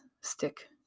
stick